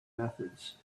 methods